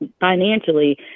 financially